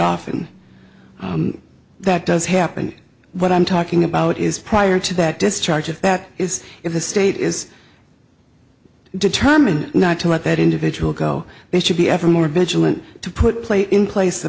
often that does happen what i'm talking about is prior to that discharge if that is if the state is determined not to let that individual go they should be ever more vigilant to put play in place the